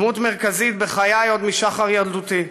דמות מרכזית מאוד בחיי עוד משחר ילדותי.